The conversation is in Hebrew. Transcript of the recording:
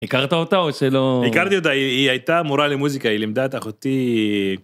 הכרת אותה או שלא? היא הייתה מורה למוזיקה היא לימדה את אחותי.